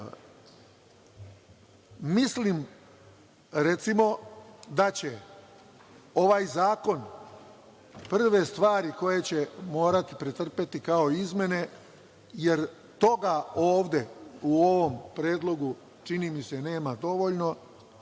stečena. Mislim, recimo, da ovaj zakon prve stvari koje će morati pretrpeti kao izmene, jer toga ovde u ovom Predlogu, čini mi se, nema dovoljno,